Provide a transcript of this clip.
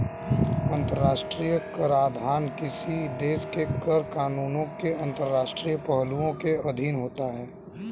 अंतर्राष्ट्रीय कराधान किसी देश के कर कानूनों के अंतर्राष्ट्रीय पहलुओं के अधीन होता है